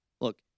look